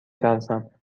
ترسم